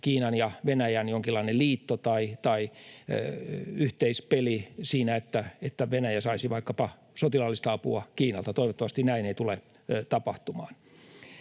Kiinan ja Venäjän jonkinlainen liitto tai yhteispeli siinä, että Venäjä saisi vaikkapa sotilaallista apua Kiinalta — toivottavasti näin ei tule tapahtumaan.